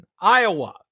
Iowa